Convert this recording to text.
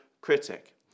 critic